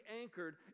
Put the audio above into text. anchored